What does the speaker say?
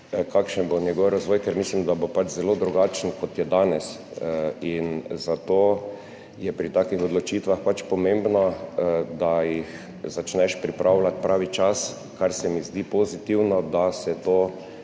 kakšen bo njegov razvoj, ker mislim, da bo zelo drugačen, kot je danes, zato je pri takih odločitvah pomembno, da jih začneš pripravljati pravi čas, kar se mi zdi pozitivno, da se to